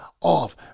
off